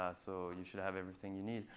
ah so you should have everything you need.